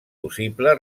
possible